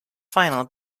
final